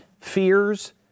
fears